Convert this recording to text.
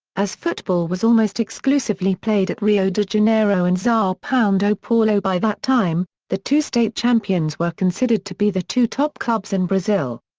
as football was almost exclusively played at rio de janeiro and sao and ah paulo by that time, the two state champions were considered to be the two top clubs in brazil.